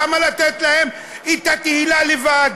למה לתת להם את התהילה לבד?